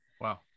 Wow